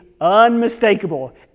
unmistakable